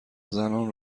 زنان